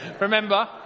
Remember